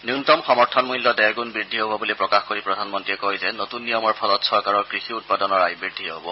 ন্যনতম সমৰ্থন মূল্য ডেৰগুণ বৃদ্ধি হ'ব বুলি প্ৰকাশ কৰি প্ৰধানমন্ত্ৰীয়ে কয় যে নতুন নিয়মৰ ফলত চৰকাৰৰ কৃষি উৎপাদনৰ আয় বৃদ্ধি হ'ব